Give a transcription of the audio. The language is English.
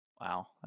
Wow